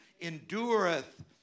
endureth